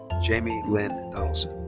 jaime lynn donelson.